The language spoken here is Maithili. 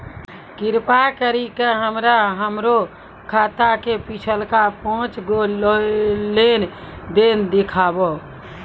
कृपा करि के हमरा हमरो खाता के पिछलका पांच गो लेन देन देखाबो